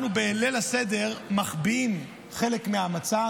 אנחנו בליל הסדר מחביאים חלק מהמצה,